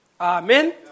Amen